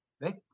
right